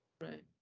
Right